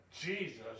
Jesus